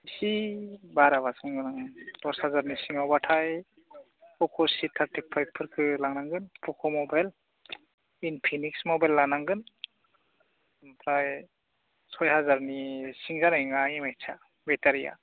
एसे बारा बासो मोनगोन नों दस हाजारनि सिङावबाथाय पक' सि थारथिफाइब फोरखौ लांनांगोन पक' मबाइल इनफिनिक्स मबाइल लानांगोन ओमफ्राय सय हाजारनि सिं जानाय नङा एमएसआ बेटारिया